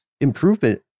improvement